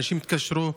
אנשים התקשרו,